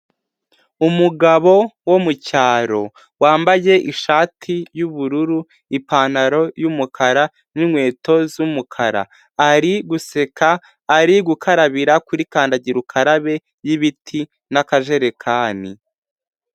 Umugabo wo mucyaro, wambaye ishati y'ubururu, ipantaro y'umukara, n'inkweto z'umukara, ari guseka, ari gukarabira kuri kandagira ukarabe y'ibiti n'akajerekani.